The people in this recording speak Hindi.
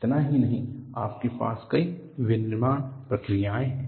इतना ही नहीं आपके पास कई विनिर्माण प्रक्रियाएं हैं